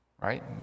right